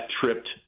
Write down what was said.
tripped